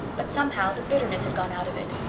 but somehow the bitterness had gone out of it.